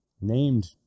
named